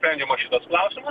sprendžiamas šitas klausimas